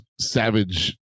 savage